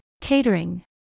catering